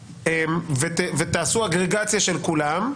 ותעשו אגרגציה של כולם.